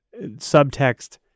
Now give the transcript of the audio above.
Subtext